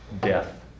death